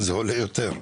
זה עולה יותר.